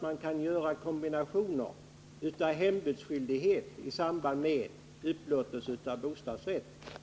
Man kan därför tänka sig en kombination med hembudsskyldighet i samband med upplåtelse av bostadsrätter.